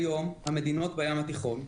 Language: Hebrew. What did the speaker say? כיום המדינות בים התיכון,